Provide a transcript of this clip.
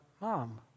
mom